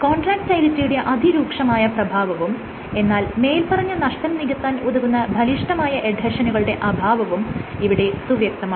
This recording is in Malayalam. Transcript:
കോൺട്രാക്റ്റയിലിറ്റിയുടെ അതിരൂക്ഷമായ പ്രഭാവവും എന്നാൽ മേല്പറഞ്ഞ നഷ്ടം നികത്താൻ ഉതകുന്ന ബലിഷ്ഠമായ എഡ്ഹെഷനുകളുടെ അഭാവവും ഇവിടെ സുവ്യക്തമാണ്